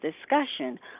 discussion